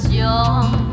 young